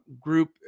group